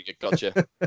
gotcha